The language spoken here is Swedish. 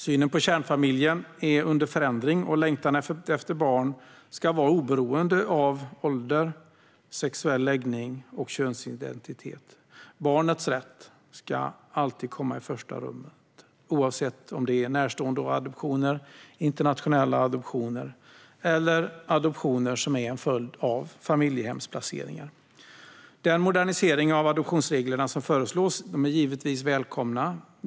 Synen på kärnfamiljen är under förändring, och längtan efter barn ska vara oberoende av ålder, sexuell läggning och könsidentitet. Barnets rätt ska alltid komma i första rummet, oavsett om det är närståendeadoptioner, internationella adoptioner eller adoptioner som en följd av familjehemsplaceringar. Den modernisering av adoptionsreglerna som föreslås är givetvis välkommen.